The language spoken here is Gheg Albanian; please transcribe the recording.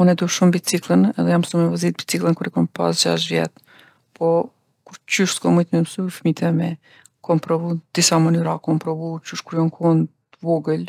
Une e du shumë bicikllën edhe jam msu me vozitë bicikllën kur i kom pasë gjashtë vjet. Po kurqysh s'kom mujt me msu fmit e mi. Kom provu n'disa mënyra, kom provu qysh kur jon kon t'vogël